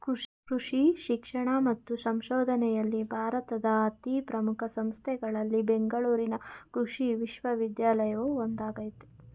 ಕೃಷಿ ಶಿಕ್ಷಣ ಮತ್ತು ಸಂಶೋಧನೆಯಲ್ಲಿ ಭಾರತದ ಅತೀ ಪ್ರಮುಖ ಸಂಸ್ಥೆಗಳಲ್ಲಿ ಬೆಂಗಳೂರಿನ ಕೃಷಿ ವಿಶ್ವವಿದ್ಯಾನಿಲಯವು ಒಂದಾಗಯ್ತೆ